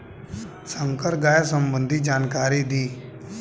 संकर गाय सबंधी जानकारी दी?